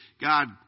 God